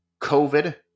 COVID